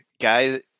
Guy